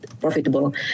profitable